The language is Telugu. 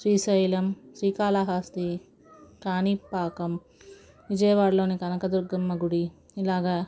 శ్రీశైలం శ్రీకాళహస్తి కాణిపాకం విజయవాడలోని కనకదుర్గమ్మ గుడి ఇలాగా